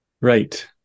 Right